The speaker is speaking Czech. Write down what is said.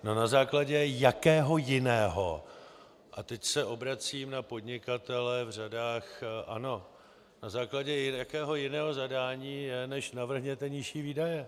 No na základě jakého jiného, a teď se obracím na podnikatele v řadách ANO, na základě jakého jiného zadání, než navrhněte nižší výdaje.